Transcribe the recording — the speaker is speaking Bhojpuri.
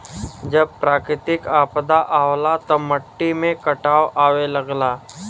जब प्राकृतिक आपदा आवला त मट्टी में कटाव आवे लगला